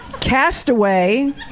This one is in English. castaway